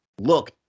look